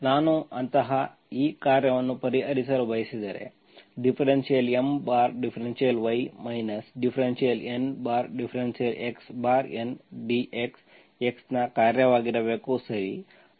ನಾನು ಅಂತಹ ಈ ಕಾರ್ಯವನ್ನು ಪರಿಹರಿಸಲು ಬಯಸಿದರೆ ∂M∂y ∂N∂x N dx x ನ ಕಾರ್ಯವಾಗಿರಬೇಕು